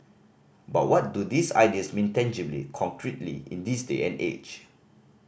but what do these ideas mean tangibly concretely in this day and age